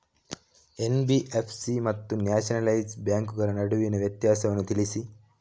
NBFC ಮತ್ತು nationalise ಬ್ಯಾಂಕುಗಳ ನಡುವಿನ ವ್ಯತ್ಯಾಸವನ್ನು ತಿಳಿಸಿ?